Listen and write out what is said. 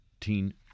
teen